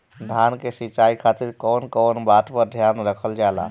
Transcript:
धान के सिंचाई खातिर कवन कवन बात पर ध्यान रखल जा ला?